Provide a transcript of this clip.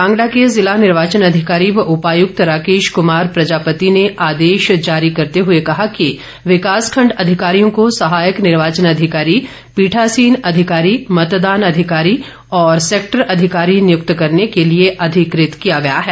कांगड़ा के जिला निर्वाचन अधिकारी व उपायुक्त राकेश कुमार प्रजापति ने आदेश जारी करते हुए कहा कि विकास खण्ड अधिकारियों को सहायक निर्वाचन अधिकारी पीठासीन अधिकारी मतदान अधिकारी और सैक्टर अधिकारी नियुक्त करने के लिए अधिकृत किया गया है